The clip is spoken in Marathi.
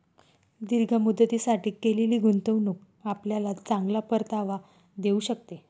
दीर्घ मुदतीसाठी केलेली गुंतवणूक आपल्याला चांगला परतावा देऊ शकते